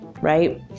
right